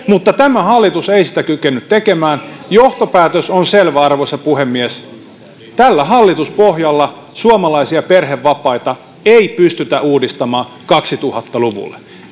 mutta tämä hallitus ei sitä kykene tekemään johtopäätös on selvä arvoisa puhemies tällä hallituspohjalla suomalaisia perhevapaita ei pystytä uudistamaan kaksituhatta luvulle